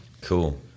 Cool